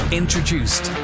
introduced